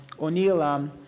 O'Neill